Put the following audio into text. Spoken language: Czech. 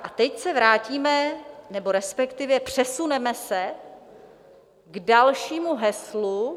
A teď se vrátíme, nebo respektive přesuneme se, k dalšímu heslu.